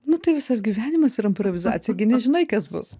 nu tai visas gyvenimas yra improvizacija gi nežinai kas bus